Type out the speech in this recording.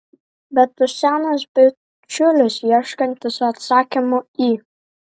bet tu senas bičiulis ieškantis atsakymų į